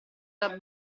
dal